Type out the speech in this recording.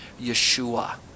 Yeshua